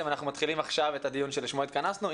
אנחנו מתחילים עכשיו את הדיון שלשמו התכנסנו,